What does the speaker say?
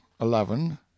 eleven